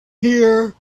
here